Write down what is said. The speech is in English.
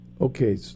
okay